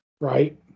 Right